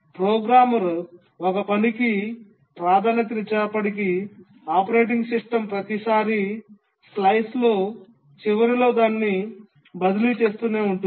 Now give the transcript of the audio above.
programmer ఒక పనికి ప్రాధాన్యతనిచ్చినప్పటికీ ఆపరేటింగ్ సిస్టమ్ ప్రతిసారీ స్లైస్ చివరిలో దాన్ని బదిలీ చేస్తూనే ఉంటుంది